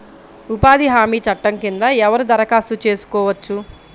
ఉపాధి హామీ చట్టం కింద ఎవరు దరఖాస్తు చేసుకోవచ్చు?